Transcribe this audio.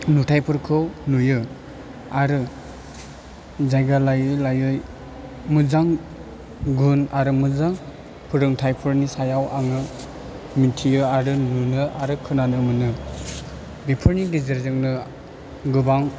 नुथाइफोरखौ नुयो आरो जायगा लायै लायै मोजां गुन आरो मोजां फोरोंथाइफोरनि सायाव आङो मिथियो आरो नुनो आरो खोनानो मोनो बेफोरनि गेजेरजोंनो गोबां